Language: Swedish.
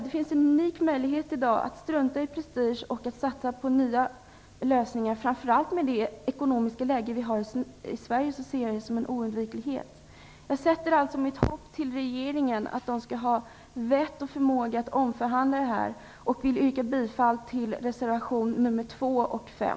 Det finns en unik möjlighet i dag att strunta i prestige och att satsa på nya lösningar. Framför allt med det ekonomiska läge som vi har i Sverige ser jag detta som en oundviklighet. Jag sätter alltså mitt hopp till regeringen att den skall ha vett och förmåga till en omförhandling. Jag yrkar bifall till reservationerna nr 2 och nr 5.